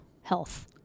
health